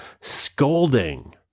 scolding